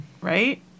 right